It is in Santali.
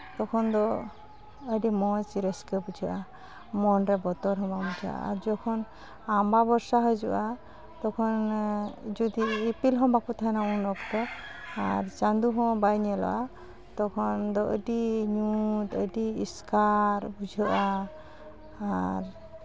ᱛᱚᱠᱷᱚᱱ ᱫᱚ ᱟᱹᱰᱤ ᱢᱚᱡᱽ ᱨᱟᱹᱥᱠᱟ ᱵᱩᱡᱷᱟᱹᱜᱼᱟ ᱢᱚᱱ ᱨᱮ ᱵᱚᱛᱚᱨ ᱦᱚᱸ ᱵᱟᱝ ᱵᱩᱡᱷᱟᱹᱜᱼᱟ ᱟᱨ ᱡᱚᱠᱷᱚᱱ ᱟᱢᱵᱟᱵᱚᱭᱥᱟ ᱦᱤᱡᱩᱜᱼᱟ ᱛᱚᱠᱷᱚᱱ ᱡᱚᱫᱤ ᱤᱯᱤᱞ ᱦᱚᱸ ᱵᱟᱠᱚ ᱛᱟᱦᱮᱱᱟ ᱩᱱ ᱚᱠᱛᱚ ᱟᱨ ᱪᱟᱸᱫᱚ ᱦᱚᱸ ᱵᱟᱭ ᱧᱮᱞᱚᱜᱼᱟ ᱛᱚᱠᱷᱚᱱ ᱫᱚ ᱟᱹᱰᱤ ᱧᱩᱛ ᱟᱹᱰᱤ ᱮᱥᱠᱟᱨ ᱵᱩᱡᱷᱟᱹᱜᱼᱟ ᱟᱨ